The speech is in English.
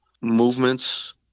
movements